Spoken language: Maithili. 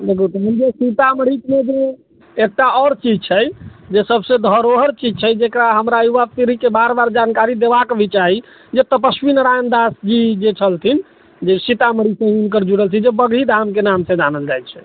सीतामढ़ीमे जे एकटा आओर चीज छै जे सबसँ धरोहर चीज छै जकरा हमरा युवा पीढ़ीके बेर बेर जानकारी देबाक भी चाही जे तपश्वी नारायण दास जी जे छलखिन जे सीतामढ़ीसँ हुनकर जुड़ल छै जे बगही धामके नामसँ जानल जाइ छै